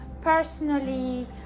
personally